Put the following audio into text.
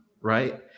right